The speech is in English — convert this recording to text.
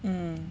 mm